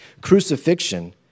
Crucifixion